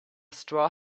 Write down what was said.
straw